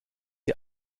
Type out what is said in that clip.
ihr